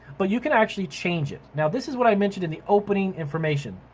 but you can actually change it. now this is what i mentioned in the opening information.